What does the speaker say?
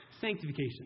Sanctification